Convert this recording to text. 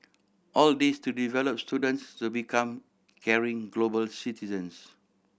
all this to develop students to become caring global citizens